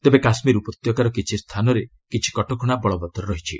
ତେବେ କାଶ୍କୀର ଉପତ୍ୟକାର କିଛି ସ୍ଥାନରେ କିଛି କଟକଣା ବଳବତ୍ତର ରହିଛି